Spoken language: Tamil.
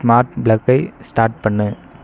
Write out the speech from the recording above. ஸ்மார்ட் பிளக்கை ஸ்டார்ட் பண்ணு